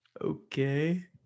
Okay